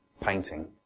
painting